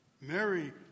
Mary